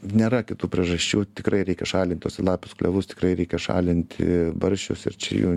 nėra kitų priežasčių tikrai reikia šalint uosialapius klevus tikrai reikia šalinti barščius ir čia jų